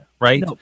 right